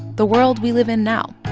the world we live in now.